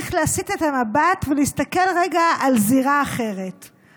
צריך להסיט את המבט ולהסתכל רגע על זירה אחרת,